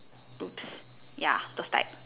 ya those type